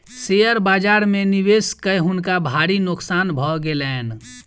share बाजार में निवेश कय हुनका भारी नोकसान भ गेलैन